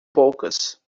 poucas